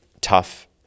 tough